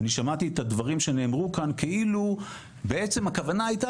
אני שמעתי את הדברים שנאמרו כאן כאילו בעצם הכוונה הייתה